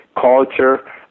culture